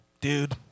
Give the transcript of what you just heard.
dude